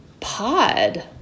pod